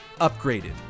upgraded